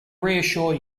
reassure